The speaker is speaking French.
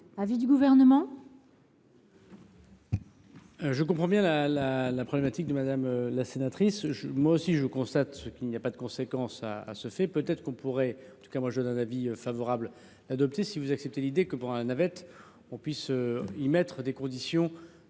l’avis du Gouvernement ?